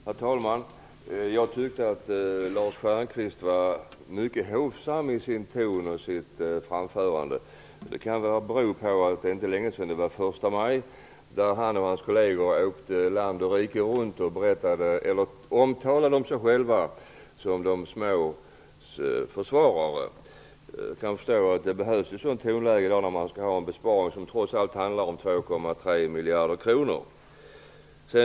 Herr talman! Jag tyckte att Lars Stjernkvist var mycket hovsam i sin ton och i sitt framförande. Det kan bero på att det inte är längesedan som det var första maj. Han och hans kolleger åkte då land och rike runt och omtalade sig själva som de smås försvarare. Såvitt jag förstår är det nödvändigt med ett sådant tonläge när man skall genomföra en besparing som trots allt handlar om 2,3 miljarder kronor.